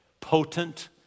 potent